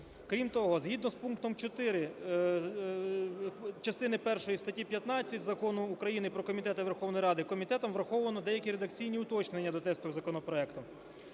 Крім того, згідно з пунктом 4 частини першої статті 15 Закону України "Про комітети Верховної Ради" комітетом враховано деякі редакційні уточнення до тексту законопроекту.